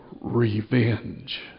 revenge